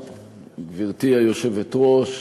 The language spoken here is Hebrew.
גברתי היושבת-ראש.